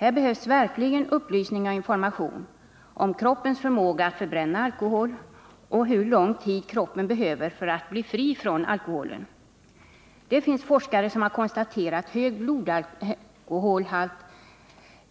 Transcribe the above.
Här behövs verkligen upplysning och information om kroppens förmåga att förbränna alkohol och om hur lång tid kroppen behöver för att bli fri från alkohol. Det finns forskare som har konstaterat hög alkoholhalt i blodet